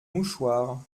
mouchoir